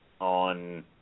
on